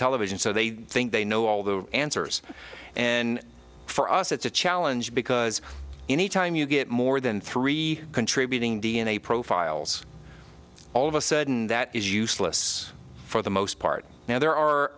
television so they think they know all the answers and for us it's a challenge because any time you get more than three contributing d n a profiles all of a sudden that is useless for the most part now there are